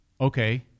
okay